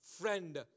friend